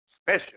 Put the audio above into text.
special